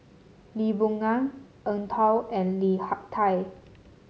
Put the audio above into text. Lee Boon Ngan Eng Tow and Lim Hak Tai